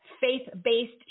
faith-based